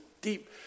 deep